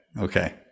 Okay